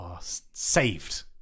Saved